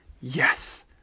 yes